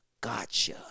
Gotcha